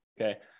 okay